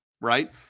right